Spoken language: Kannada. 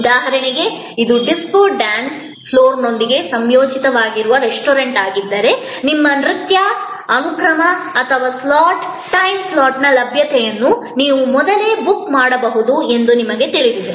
ಉದಾಹರಣೆಗೆ ಇದು ಡಿಸ್ಕೋ ಡ್ಯಾನ್ಸ್ ಫ್ಲೋರ್ನೊಂದಿಗೆ ಸಂಯೋಜಿತವಾಗಿರುವ ರೆಸ್ಟೋರೆಂಟ್ ಆಗಿದ್ದರೆ ನಿಮ್ಮ ನೃತ್ಯ ಅನುಕ್ರಮ ಅಥವಾ ಸ್ಲಾಟ್ ಟೈಮ್ ಸ್ಲಾಟ್ನ ಲಭ್ಯತೆಯನ್ನು ನೀವು ಮೊದಲೇ ಬುಕ್ ಮಾಡಬಹುದು ಎಂದು ನಿಮಗೆ ತಿಳಿದಿದೆ